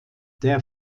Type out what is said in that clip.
der